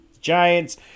Giants